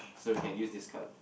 so we can use this card